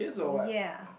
ya